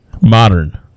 modern